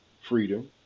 freedom